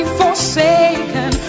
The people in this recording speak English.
forsaken